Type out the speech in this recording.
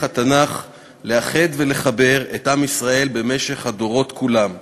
התנ"ך לאחד ולחבר את עם ישראל במשך הדורות כולם.